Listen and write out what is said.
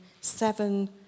seven